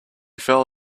fell